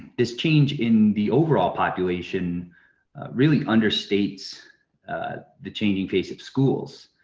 this change in the overall population really understates the changing face of schools,